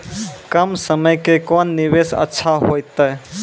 कम समय के कोंन निवेश अच्छा होइतै?